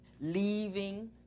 leaving